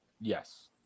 yes